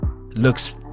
Looks